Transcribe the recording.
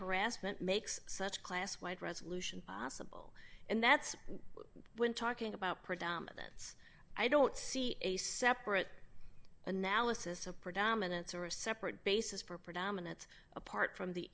harassment makes such class wide resolution and that's when talking about predominance i don't see a separate analysis of predominance or a separate basis for predominate apart from the